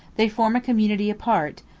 they form a community apart,